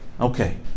Okay